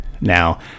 Now